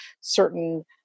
certain